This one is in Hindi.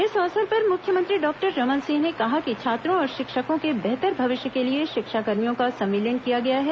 इस अवसर पर मुख्यमंत्री डॉक्टर रमन सिंह ने कहा कि छात्रों और शिक्षकों के बेहतर भविष्य के लिए शिक्षाकर्मियों का संविलियन किया गया है